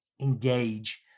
engage